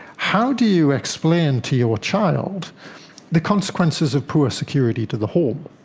how do you explain to your child the consequences of poor security to the home,